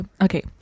okay